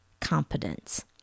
competence